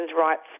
rights